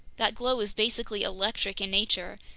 that glow is basically electric in nature.